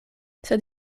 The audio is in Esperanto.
sed